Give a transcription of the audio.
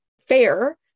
fair